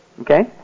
Okay